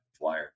flyer